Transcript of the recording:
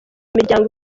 miryango